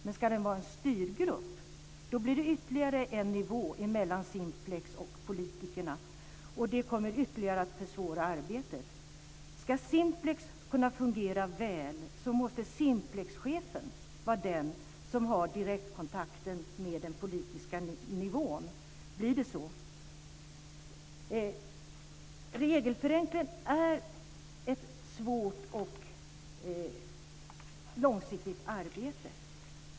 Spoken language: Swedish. Men ska den vara en styrgrupp så blir det ytterligare en nivå mellan Simplex och politikerna, och det kommer att försvåra arbetet ytterligare. Ska Simplex kunna fungera väl måste Simplexchefen vara den som har direktkontakten med den politiska nivån. Blir det så? Regelförenkling är ett svårt och långsiktigt arbete.